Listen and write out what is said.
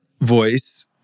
voice